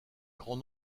grand